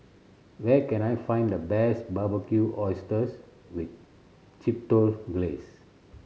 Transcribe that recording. where can I find the best Barbecued Oysters with Chipotle Glaze